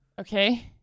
Okay